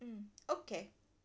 um okay